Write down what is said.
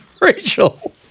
Rachel